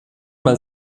mal